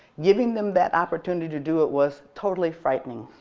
giving them that opportunity to do it was totally frightening.